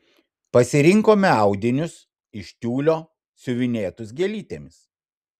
pasirinkome audinius iš tiulio siuvinėtus gėlytėmis